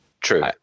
true